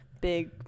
big